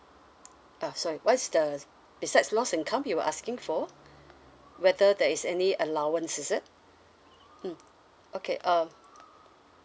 ah sorry what is the besides lost income you were asking for whether there is any allowance is it mm okay uh